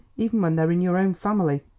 even when they're in your own family.